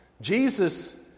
Jesus